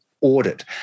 audit